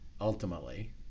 ultimately